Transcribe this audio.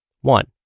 One